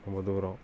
ரொம்ப தூரம்